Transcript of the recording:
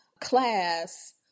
class